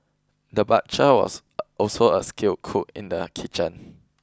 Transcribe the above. the butcher was also a a skilled cook in the kitchen